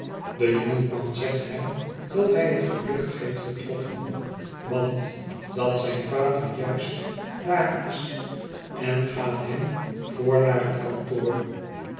de jonkman zegt hem dat hij het gelukkig heeft getroffen want dat zijn vader juist daar is en gaat hem voor naar het kantoor